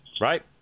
Right